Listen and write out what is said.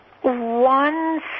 One